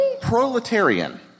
Proletarian